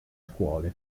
scuole